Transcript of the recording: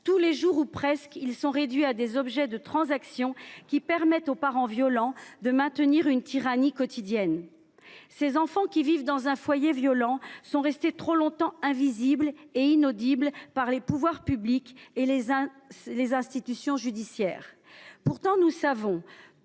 Tous les jours ou presque, ces enfants sont réduits au rang d’objets de transaction, qui permettent aux parents violents de maintenir une tyrannie quotidienne. Ces enfants, qui vivent dans un foyer violent, sont restés trop longtemps invisibles et inaudibles pour les pouvoirs publics et les institutions judiciaires. Pourtant – nous le savons